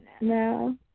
No